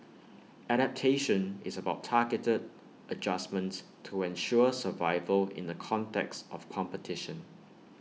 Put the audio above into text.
adaptation is about targeted adjustments to ensure survival in the context of competition